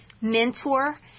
mentor